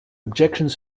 objections